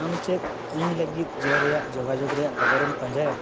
ᱟᱢ ᱪᱮᱫ ᱤᱧ ᱞᱟᱹᱜᱤᱫ ᱡᱚ ᱨᱮᱭᱟᱜ ᱡᱳᱜᱟᱡᱳᱜᱽ ᱨᱮᱭᱟᱜ ᱰᱚᱜᱚᱨᱮᱢ ᱯᱟᱸᱡᱟᱭᱟ